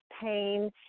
pain